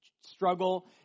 struggle